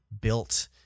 built